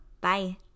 Bye